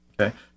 Okay